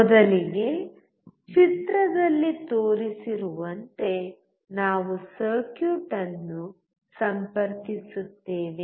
ಮೊದಲಿಗೆ ಚಿತ್ರದಲ್ಲಿ ತೋರಿಸಿರುವಂತೆ ನಾವು ಸರ್ಕ್ಯೂಟ್ ಅನ್ನು ಸಂಪರ್ಕಿಸುತ್ತೇವೆ